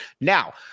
Now